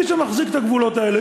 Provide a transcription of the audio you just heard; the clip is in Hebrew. מי שמחזיק את הגבולות האלה,